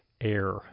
air